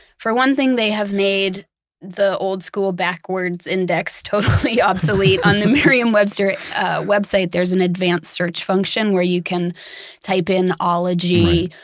for one thing, they have made the old-school backwards index totally obsolete. on the merriam-webster website, there's an advanced search function, where you can type in ology,